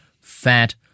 Fat